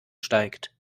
steigt